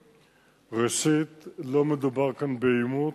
ראשית, לא מדובר כאן בעימות,